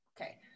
Okay